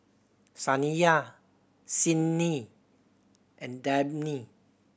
Saniyah Sydni and Dabney